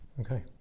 Okay